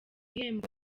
bihembo